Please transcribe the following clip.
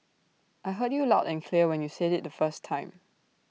I heard you loud and clear when you said IT the first time